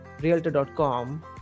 realtor.com